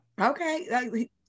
okay